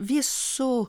vis su